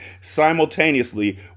simultaneously